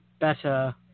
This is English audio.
better